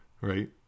Right